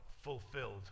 fulfilled